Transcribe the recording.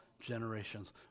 generations